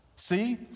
See